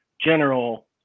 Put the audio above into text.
General